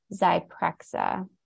Zyprexa